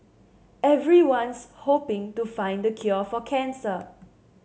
everyone's hoping to find the cure for cancer